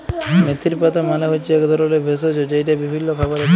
মেথির পাতা মালে হচ্যে এক ধরলের ভেষজ যেইটা বিভিল্য খাবারে দেয়